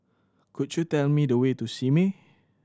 could you tell me the way to Simei